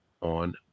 on